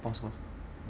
pause